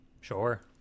Sure